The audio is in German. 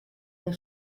der